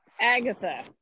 agatha